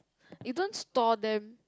you don't store them